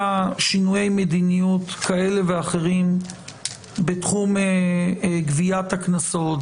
שינויי מדיניות כאלה ואחרים בתחום גביית הקנסות,